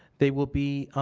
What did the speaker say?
they will be